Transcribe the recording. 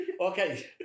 Okay